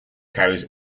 carries